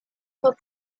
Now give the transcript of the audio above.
for